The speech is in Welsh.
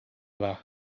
dda